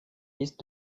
liste